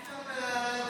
היושב-ראש,